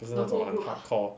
不是那种很 hardcore